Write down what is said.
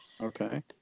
Okay